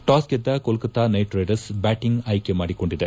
toss ಗೆದ್ದ Kolkata knight riders batting ಆಯ್ಲೆಮಾಡಿಕೊಂಡಿದೆ